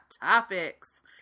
topics